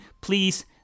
please